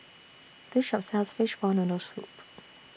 This Shop sells Fishball Noodle Soup